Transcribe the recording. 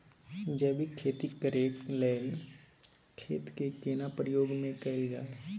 जैविक खेती करेक लैल खेत के केना प्रयोग में कैल जाय?